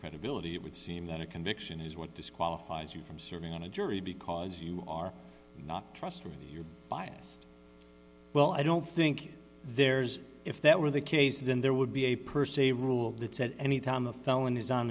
credibility it would seem that a conviction is what disqualifies you from serving on a jury because you are not trustworthy you're biased well i don't think there's if that were the case then there would be a per se rule that said anytime a felon is on